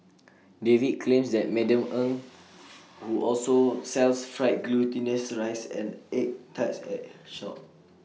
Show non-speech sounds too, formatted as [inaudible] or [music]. David claims that Madam [noise] Eng who also sells fried glutinous rice and egg tarts at her shop